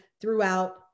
throughout